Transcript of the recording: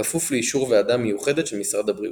בכפוף לאישור וועדה מיוחדת של משרד הבריאות.